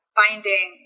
finding